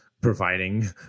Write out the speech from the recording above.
providing